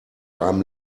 einem